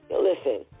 Listen